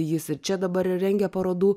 jis ir čia dabar rengia parodų